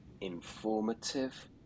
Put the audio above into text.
informative